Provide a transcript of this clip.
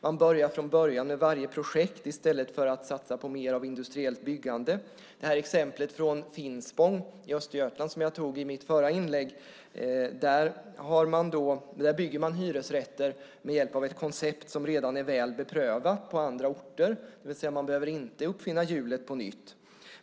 Man börjar från början med varje projekt i stället för att satsa på mer av industriellt byggande. I mitt förra inlägg tog jag ett exempel från Finspång i Östergötland. Där bygger man hyresrätter med hjälp av ett koncept som redan är väl beprövat på andra orter, det vill säga att man inte behöver uppfinna hjulet på nytt.